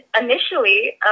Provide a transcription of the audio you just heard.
initially